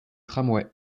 tramway